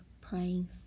praying